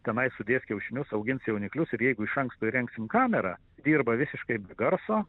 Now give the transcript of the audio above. tenai sudės kiaušinius augins jauniklius ir jeigu iš anksto įrengsim kamerą dirba visiškai be garso